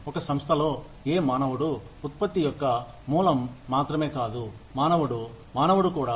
ఒక సంస్థలో ఏ మానవుడు ఉత్పత్తి యొక్క మూలం మాత్రమేకాదు మానవుడు మానవుడు కూడా